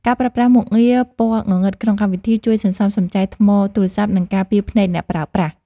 ការប្រើប្រាស់មុខងារពណ៌ងងឹតក្នុងកម្មវិធី ជួយសន្សំសំចៃថ្មទូរសព្ទ និងការពារភ្នែកអ្នកប្រើប្រាស់។